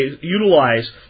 utilize